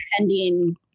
ending